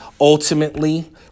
ultimately